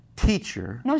Teacher